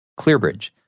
ClearBridge